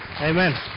Amen